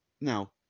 Now